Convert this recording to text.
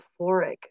euphoric